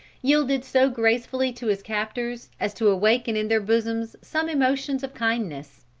yielded so gracefully to his captors as to awaken in their bosoms some emotions of kindness.